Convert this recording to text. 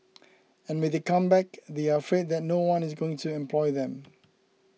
and when they come back they are afraid that no one is going to employ them